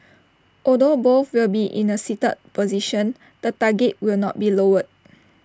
although both will be in A seated position the target will not be lowered